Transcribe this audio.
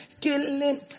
killing